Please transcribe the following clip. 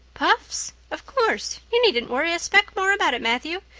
puffs? of course. you needn't worry a speck more about it, matthew.